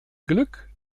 glück